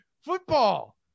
Football